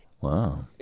wow